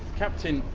captain,